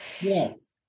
Yes